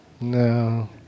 No